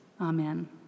Amen